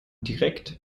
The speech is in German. direkt